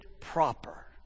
proper